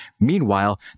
meanwhile